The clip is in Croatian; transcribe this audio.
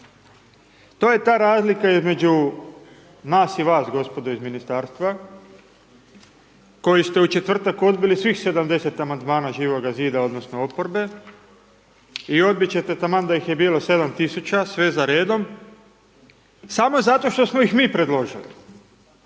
To je ta razlika između nas i vas gospodo iz ministarstva koji ste u četvrtak odbili svih 70 amandmana Živoga zida odnosno oporba i odbiti ćete taman da ih je bilo 7 tisuća sve za redom samo zato što smo ih mi predložili